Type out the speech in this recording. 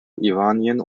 iranian